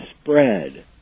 spread